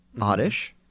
Oddish